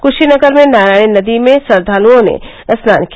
कृशीनगर में नारायणी नदी में श्रद्धालुओं ने स्नान किया